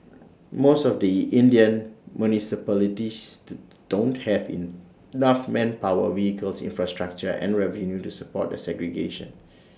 most of the Indian municipalities don't have enough manpower vehicles infrastructure and revenue to support the segregation